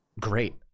great